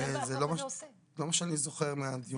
זה לא מה שאני זוכר מהדברים.